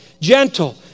gentle